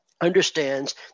understands